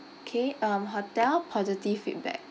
K um hotel positive feedback